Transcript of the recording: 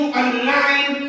online